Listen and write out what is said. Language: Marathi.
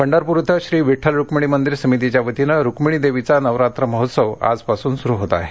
पंढरपूर इथं श्री विष्ठल रुक्मिणी मंदिर समितीच्या वतीनं रुक्मिणी देवीचा नवरात्र महोत्सव आजपासून सुरु होत आहे